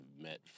met